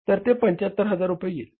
तर ते 75000 रुपये येईल